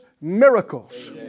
miracles